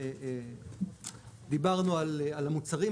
דיברנו על המוצרים,